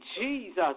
Jesus